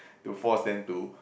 to force them to